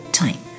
time